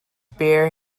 bear